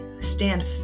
stand